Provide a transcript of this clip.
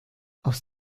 aus